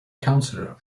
councillor